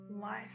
life